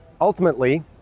ultimately